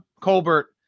Colbert